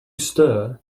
stir